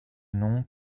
nom